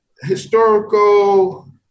historical